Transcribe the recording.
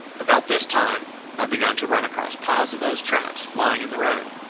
about this time i begun to run across piles of those traps, lying in the road.